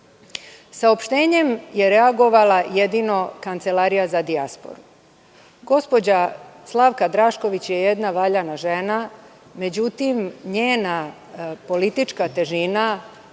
je reagovala jedino Kancelarija za dijasporu. Gospođa Slavka Drašković je jedna valjana žena. Međutim, njena politička težina